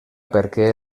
perquè